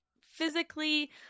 physically